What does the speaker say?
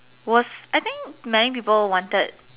was I think many people wanted